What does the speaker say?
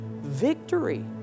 Victory